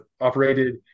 operated